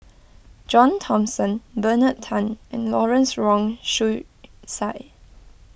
John Thomson Bernard Tan and Lawrence Wong Shyun Tsai